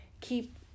keep